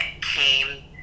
came